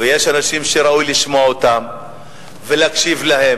ויש אנשים שראוי לשמוע אותם ולהקשיב להם.